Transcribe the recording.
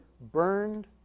burned